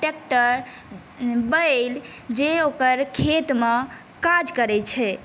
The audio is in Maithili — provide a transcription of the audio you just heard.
ट्रैक्टर बैल जे ओकर खेतमे काज करै छै